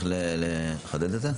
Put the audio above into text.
שצריך לחדד את זה?